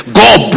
god